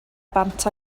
bant